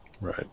Right